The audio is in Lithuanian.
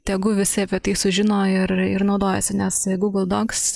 tegu visi apie tai sužino ir ir naudojasi nes gūgl doks